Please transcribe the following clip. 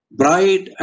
bright